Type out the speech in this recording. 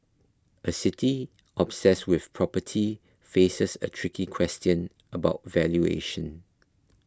a city obsessed with property faces a tricky question about valuation